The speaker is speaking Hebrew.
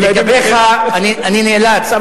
לגביך אני נאלץ,